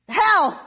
hell